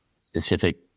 specific